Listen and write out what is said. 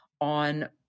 on